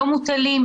לא מוטלים,